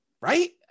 right